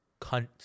cunt